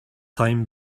time